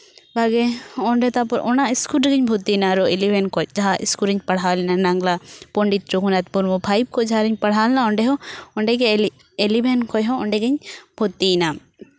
ᱵᱷᱟᱜᱮ ᱚᱸᱰᱮ ᱛᱟᱨᱯᱚᱨ ᱚᱱᱟ ᱤᱥᱠᱩᱞ ᱨᱮᱜᱤᱧ ᱵᱷᱚᱨᱛᱤᱭᱮᱱᱟ ᱟᱨᱚ ᱤᱞᱤᱵᱷᱮᱱ ᱠᱷᱚᱱ ᱡᱟᱦᱟᱸ ᱤᱥᱠᱩᱞ ᱨᱤᱧ ᱯᱟᱲᱦᱟᱣ ᱞᱮᱱᱟ ᱱᱟᱝᱞᱟ ᱯᱚᱱᱰᱤᱛ ᱨᱩᱜᱷᱩᱱᱟᱛᱩ ᱢᱩᱨᱢᱩ ᱯᱷᱟᱭᱤᱵᱷ ᱠᱷᱚᱱ ᱡᱟᱦᱟᱸ ᱨᱤᱧ ᱯᱟᱲᱦᱟᱣ ᱞᱮᱱᱟ ᱚᱸᱰᱮ ᱦᱚᱸ ᱚᱸᱰᱮᱜᱮ ᱮᱞᱤᱵᱷᱮᱱ ᱠᱷᱚᱱ ᱦᱚᱸ ᱚᱸᱰᱮ ᱜᱤᱧ ᱵᱷᱚᱨᱛᱤᱭᱮᱱᱟ